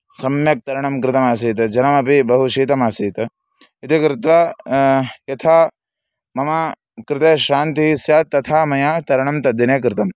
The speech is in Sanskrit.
सम्यक् तरणं कृतमासीत् जलमपि बहु शीतमासीत् इति कृत्वा यथा मम कृते श्रान्तिः स्यात् तथा मया तरणं तद्दिने कृतं